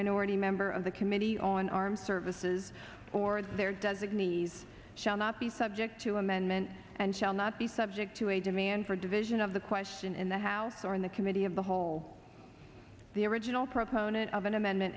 minority member of the committee on armed services or their designees shall not be subject to amendment and shall not be subject to a demand for division of the question in the house or in the committee of the whole the original proponent of an amendment